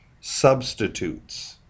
substitutes